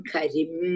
Karim